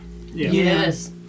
Yes